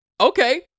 okay